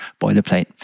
boilerplate